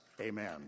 amen